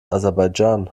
aserbaidschan